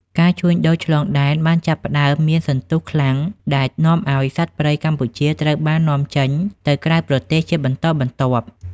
ការជួញដូរឆ្លងដែនបានចាប់ផ្តើមមានសន្ទុះខ្លាំង ដែលនាំឱ្យសត្វព្រៃកម្ពុជាត្រូវបាននាំចេញទៅក្រៅប្រទេសជាបន្តបន្ទាប់។